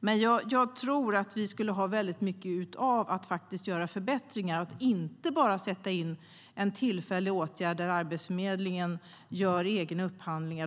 Men jag tror att vi skulle få ut väldigt mycket av att göra förbättringar och inte bara sätta in en tillfällig åtgärd där Arbetsförmedlingen gör egna upphandlingar.